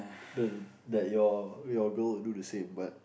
the that your your girl would do the same but